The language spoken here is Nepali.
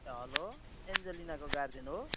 हेलो एन्जिलिनाको गार्जियनको हो